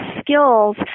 skills